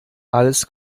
alles